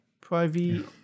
private